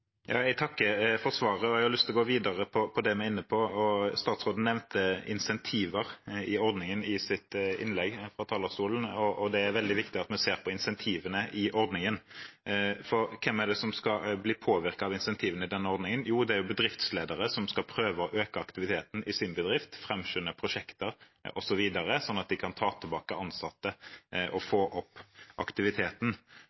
Jeg takker for svaret, og jeg lyst til å gå videre på det vi er inne på. Statsråden nevnte insentiver i ordningen i sitt innlegg fra talerstolen, og det er veldig viktig at vi ser på insentivene i ordningen. For hvem er det som skal bli påvirket av insentivene i denne ordningen? Jo, det er bedriftsledere som skal prøve å øke aktiviteten i sin bedrift, framskynde prosjekter osv., sånn at de kan ta tilbake ansatte og